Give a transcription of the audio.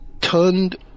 turned